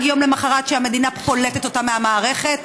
יום למוחרת שהמדינה פולטת אותה מהמערכת,